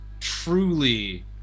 truly